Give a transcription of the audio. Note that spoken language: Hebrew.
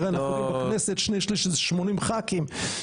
בכנסת שני שליש זה 80 ח"כים,